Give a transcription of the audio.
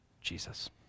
Jesus